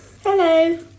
Hello